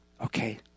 Okay